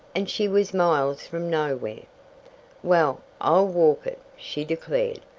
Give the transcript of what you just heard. and she was miles from nowhere! well, i'll walk it! she declared.